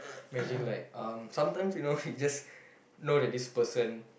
imagine like uh sometimes you know you just know that this person